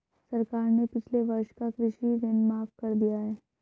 सरकार ने पिछले वर्ष का कृषि ऋण माफ़ कर दिया है